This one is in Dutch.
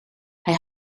hij